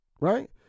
right